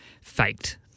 faked